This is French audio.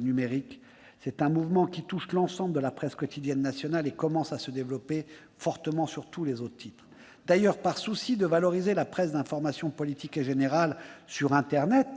numérique. C'est un mouvement qui touche l'ensemble de la presse quotidienne nationale et qui commence à se développer fortement pour les autres titres. Par souci de valoriser la presse d'information politique et générale sur internet,